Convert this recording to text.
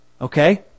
Okay